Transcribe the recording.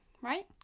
right